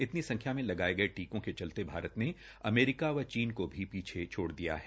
इतनी संख्या में लगाये गये टीकों के चलते भारत ने अमेरिका व चीन को भी पीछे छोड़ दिया है